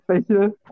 special